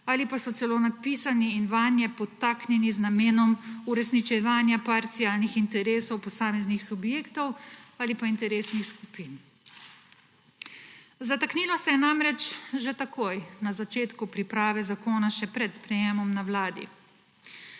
ali pa so celo napisani in vanje podtaknjeni z namenom uresničevanja parcialnih interesov posameznih subjektov ali pa interesnih skupin. Zataknilo se je namreč že takoj na začetku priprave zakona, še pred sprejemom na Vladi.